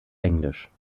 englisch